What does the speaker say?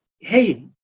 hey